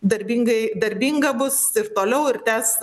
darbingai darbinga bus ir toliau ir tęs